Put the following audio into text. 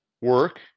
work